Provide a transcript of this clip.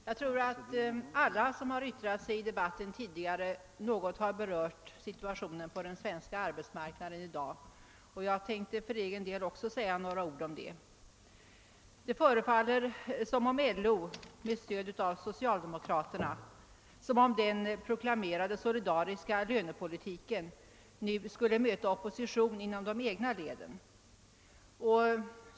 Herr talman! Alla som yttrat sig tidigare i denna debatt har något berört situationen på den svenska arbetsmarknaden i dag, och jag tänker också säga några ord om den saken. Det förefaller som om den av LO med stöd av socialdemokraterna proklamerade solidariska lönepolitiken nu skulle möta opposition inom de egna leden.